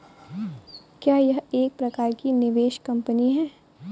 क्या यह एक प्रकार की निवेश कंपनी है?